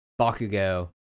Bakugo